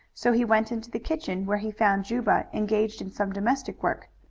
so he went into the kitchen, where he found juba engaged in some domestic work.